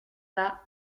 bas